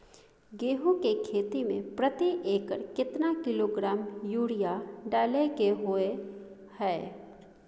गेहूं के खेती में प्रति एकर केतना किलोग्राम यूरिया डालय के होय हय?